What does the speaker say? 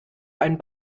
einen